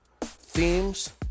themes